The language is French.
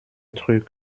truc